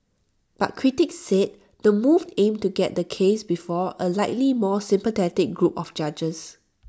but critics said the move aimed to get the case before A likely more sympathetic group of judges